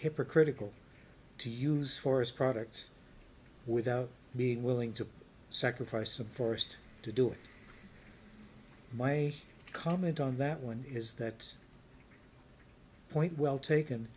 hypocritical to use forest products without being willing to sacrifice of forest to do it my comment on that one is that point well taken